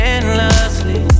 Endlessly